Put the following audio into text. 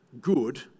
good